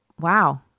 wow